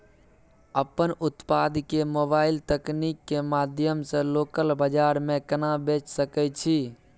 अपन उत्पाद के मोबाइल तकनीक के माध्यम से लोकल बाजार में केना बेच सकै छी?